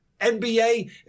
NBA